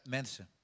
mensen